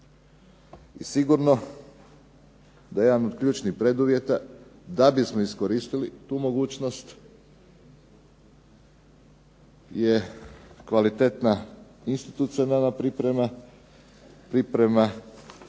I sigurno da jedan od ključnih preduvjeta da bismo iskoristili tu mogućnost je kvalitetna institucionalna priprema, priprema